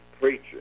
preacher